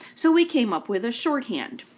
so we came up with a shorthand,